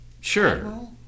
Sure